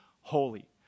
holy